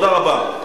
תודה רבה.